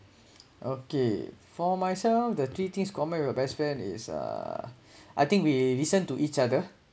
okay for myself the three things common with your best friend is uh I think we listen to each other